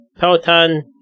Peloton